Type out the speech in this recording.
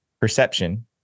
perception